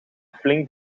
flink